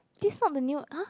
this not the new !huh!